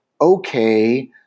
okay